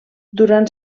durant